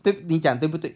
then 你讲对不对